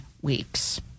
weeks